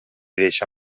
deixa